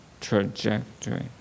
trajectory